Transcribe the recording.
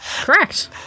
Correct